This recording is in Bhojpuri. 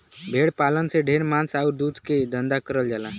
भेड़ पालन से ढेर मांस आउर दूध के धंधा करल जाला